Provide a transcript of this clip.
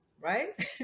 right